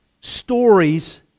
Stories